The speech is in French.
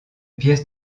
pièces